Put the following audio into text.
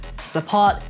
support